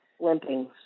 limping